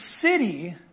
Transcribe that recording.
city